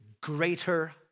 greater